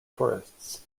tourists